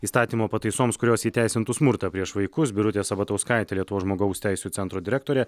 įstatymo pataisoms kurios įteisintų smurtą prieš vaikus birutė sabatauskaitė lietuvos žmogaus teisių centro direktorė